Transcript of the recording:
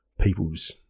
people's